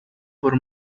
por